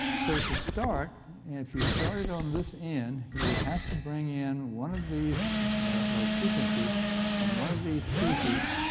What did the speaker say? so to start and if you started on this end, you would have to bring in one of these or sequences from one of these pieces